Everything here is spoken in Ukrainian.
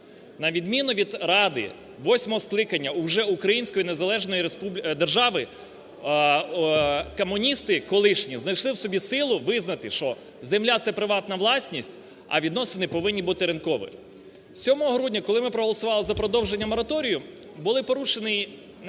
На відміну від Ради восьмого скликання, уже української незалежної держави, комуністи колишні знайшли в собі силу визначити, що земля – це приватна власність, а відносини повинні бути ринковими. 7 грудня, коли ми проголосували за продовження мораторію, були порушені